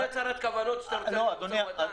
זה הצהרת כוונות שאתה רוצה --- במשא ומתן?